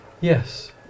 Yes